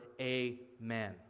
Amen